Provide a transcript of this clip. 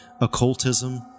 occultism